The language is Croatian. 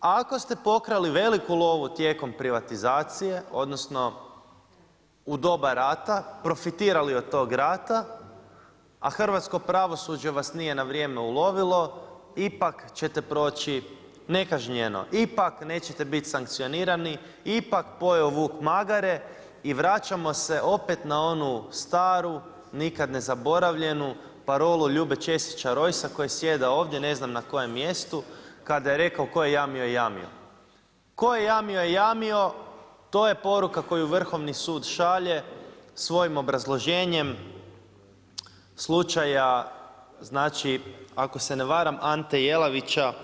Ako ste pokrali veliku lovu tijekom privatizacije, odnosno u doba rata, profitirali od tog rata a hrvatsko pravosuđe vas nije na vrijeme ulovilo ipak ćete proći nekažnjeno, ipak nećete biti sankcionirani, ipak pojeo vuk magare i vraćamo se opet na onu staru nikad ne zaboravljenu parolu Ljube Ćesića Rojsa koji sjeda ovdje ne znam na kojem mjestu kada je rekao „Tko je jamio, jamio!“ Tko je jamio, jamio to je poruka koju Vrhovni sud šalje svojim obrazloženjem slučaja znači ako se ne varam Ante Jelavića.